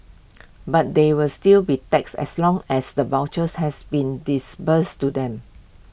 but they will still be taxed as long as the vouchers has been disbursed to them